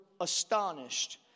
astonished